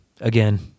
again